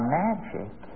magic